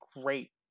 great